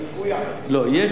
לא, יש קודם כול תאריכים.